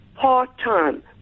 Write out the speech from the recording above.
part-time